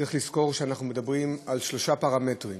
צריך לזכור שאנחנו מדברים על שלושה פרמטרים,